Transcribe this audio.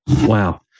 Wow